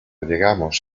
llegamos